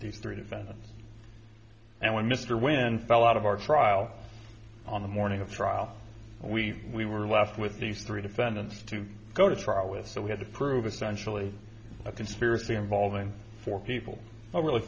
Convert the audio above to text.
the three defendants and when mr wynn fell out of our trial on the morning of trial we we were left with these three defendants to go to trial with so we had to prove essentially a conspiracy involving four people over like